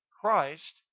Christ